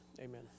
Amen